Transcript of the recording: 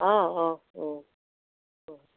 অঁ অঁ অঁ অঁ